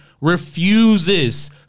refuses